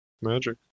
magic